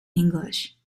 english